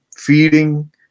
feeding